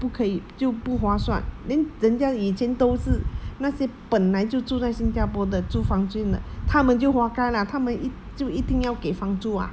不可以就不划算 then 人家以前都是那些本来就住在新加坡的租房间的他们就活该啦他们就一定要给房租啊